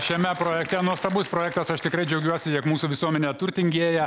šiame projekte nuostabus projektas aš tikrai džiaugiuosi jog mūsų visuomenė turtingėja